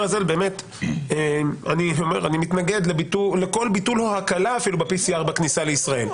הזה אני מתנגד לכל ביטול או הקלה ב-PCR בכניסה לישראל.